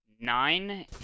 Nine